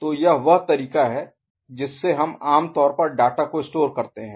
तो यह वह तरीका है जिससे हम आमतौर पर डाटा को स्टोर करते हैं